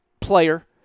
player